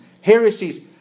heresies